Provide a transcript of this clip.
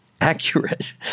accurate